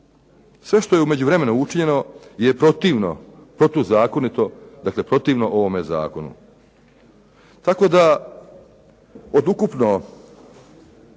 Sve što je u međuvremenu učinjeno je protivno, protuzakonito, dakle protivno ovome zakonu. Tako da od ukupno